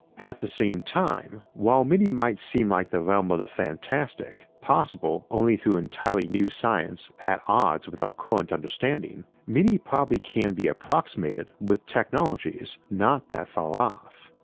at the same time, while many might seem like the realm of the fantastic, possible only through entirely new science at odds with our current understanding, many probably can be approximated with technologies not that far off.